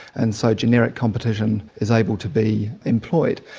and so generic competition is able to be employed.